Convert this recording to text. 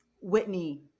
Whitney